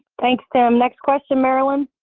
thanks tim. next question, marilyn.